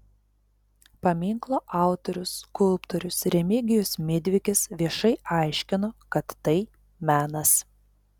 paminklo autorius skulptorius remigijus midvikis viešai aiškino kad tai menas